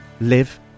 live